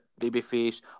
babyface